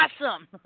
awesome